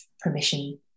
permission